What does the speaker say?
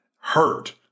hurt